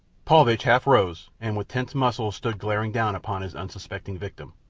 paulvitch half rose, and with tensed muscles stood glaring down upon his unsuspecting victim.